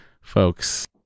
folks